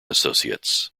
associates